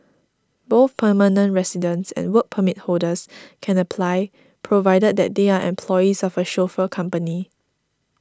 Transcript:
both permanent residents and Work Permit holders can apply provided that they are employees of a chauffeur company